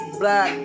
black